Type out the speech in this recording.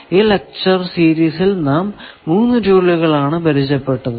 ഈ ലെക്ചർ സീരിസിൽ നാം മൂന്നു ടൂളുകൾ ആണ് പരിചയപ്പെട്ടത്